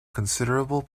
considerable